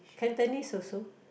Cantonese also